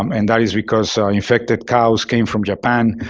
um and that is because so and infected cows came from japan.